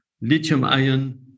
lithium-ion